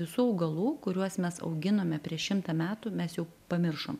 visų augalų kuriuos mes auginome prieš šimtą metų mes jau pamiršom